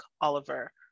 Oliver